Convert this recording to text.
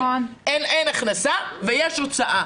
אין הכנסה ויש הוצאה.